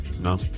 No